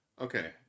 Okay